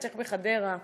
אצלך בחדרה,